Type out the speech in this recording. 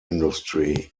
industry